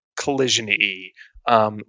collision-y